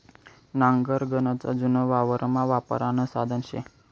नांगर गनच जुनं वावरमा वापरानं साधन शे